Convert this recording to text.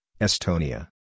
Estonia